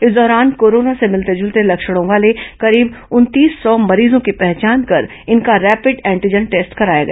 इस दौरान कोरोना से मिलते जूलते लक्षणों वाले करीब उनतीस सौ मरीजों की पहचान कर इनका रैपिड एंटीजन टेस्ट कराया गया